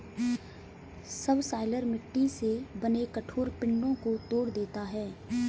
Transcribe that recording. subsoiler मिट्टी से बने कठोर पिंडो को तोड़ देता है